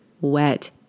wet